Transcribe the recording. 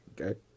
Okay